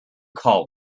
call